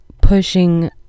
pushing